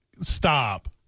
stop